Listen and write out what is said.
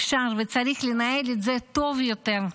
אפשר וצריך לנהל את זה טוב יותר.